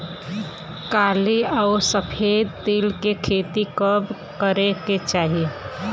काली अउर सफेद तिल के खेती कब करे के चाही?